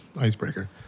icebreaker